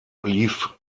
lief